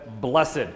Blessed